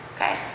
Okay